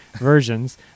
versions